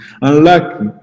unlucky